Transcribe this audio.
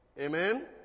Amen